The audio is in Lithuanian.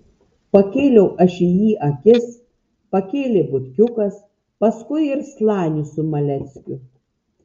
pakėliau aš į jį akis pakėlė butkiukas paskui ir slanius su maleckiu